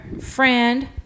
friend